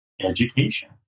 education